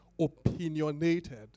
opinionated